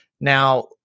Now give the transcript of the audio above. Now